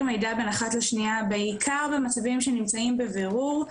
מידע בין אחת לשנייה בעיקר במצבים שנמצאים בבירור,